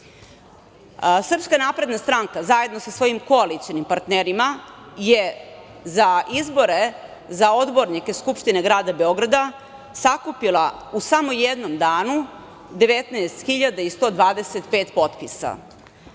rok. Srpska napredna stranka zajedno sa svojim koalicionim partnerima je za izbore za odbornike Skupštine grada Beograda sakupila u samo jednom danu 19.125 potpisa.